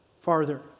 farther